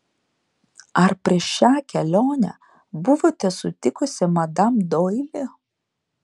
ar prieš šią kelionę buvote sutikusi madam doili